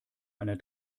einer